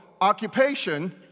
occupation